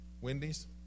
Wendy's